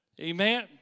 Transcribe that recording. Amen